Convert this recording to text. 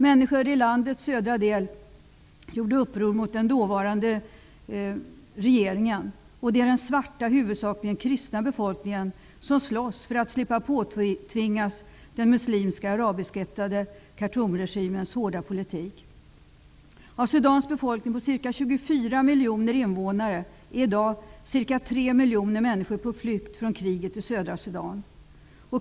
Människor i landets södra del gjorde uppror mot den dåvarande regeringen. Det är den svarta, huvudsakligen kristna, befolkningen som slåss för att slippa påtvingas den muslimska arabiskättade Khartoumregimens hårda politik. Av Sudans befolkning på ca 24 miljoner invånare är i dag ca 3 miljoner på flykt från kriget i södra Sudan.